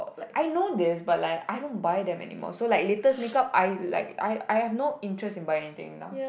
I know this but like I don't buy them anymore so like latest makeup I like I I have no interest in buying anything now